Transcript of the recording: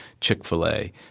Chick-fil-A